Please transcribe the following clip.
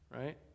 Right